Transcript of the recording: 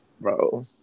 bro